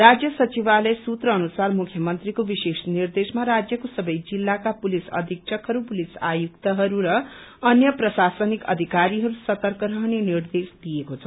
राज्य सचिवालय सूत्र अनुसार मुख्य मंत्रीको विशेष निर्देशमा राज्यको सबै जिल्लाका पुलिस अधीक्षकहरू पुलिस आयुक्तहरू र अन्य प्रशासनिक अधिकारीहरू सर्तक रहने निर्देश दिएको छ